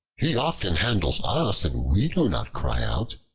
he often handles us, and we do not cry out.